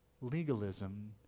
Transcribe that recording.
legalism